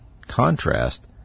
contrast